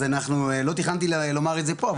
אז לא תכננתי לומר את זה פה,